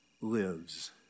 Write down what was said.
lives